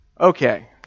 okay